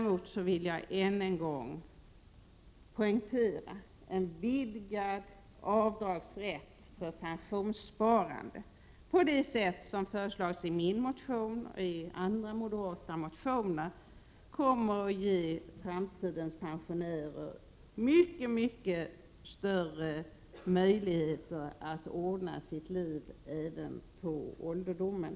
Men jag vill än en gång poängtera: En vidgad avdragsrätt för pensionssparande, på det sätt som föreslagits i min motion och i andra moderata motioner, kommer att ge framtidens pensionärer mycket, mycket större möjligheter att ordna sitt liv även på ålderdomen.